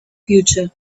future